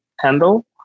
Handle